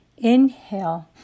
Inhale